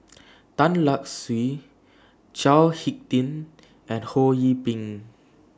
Tan Lark Sye Chao Hick Tin and Ho Yee Ping